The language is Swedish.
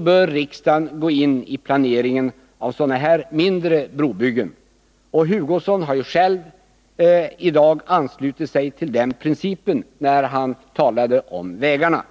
bör riksdagen gå in i planeringen av sådana här mindre brobyggen. Kurt Hugosson har ju i dag själv anslutit sig till den principen när han talat om vägarna.